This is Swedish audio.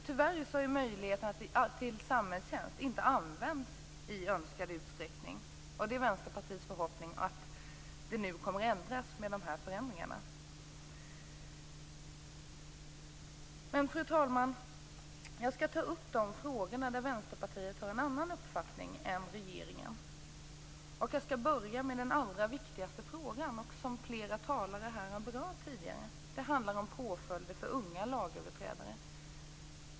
Tyvärr har inte möjligheterna till samhällstjänst utnyttjats i önskad utsträckning. Det är vår förhoppning i Vänsterpartiet att det blir annorlunda i och med dessa förändringar. Fru talman! Jag skall ta upp de frågor där vi i Vänsterpartiet har en annan uppfattning än regeringen. Jag börjar med den allra viktigaste frågan, som flera talare här tidigare har berört. Det handlar då om påföljder för unga lagöverträdare.